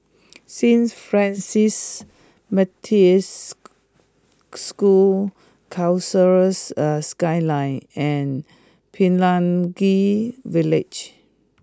Saint Francis materia School Concourse Skyline and Pelangi Village